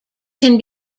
can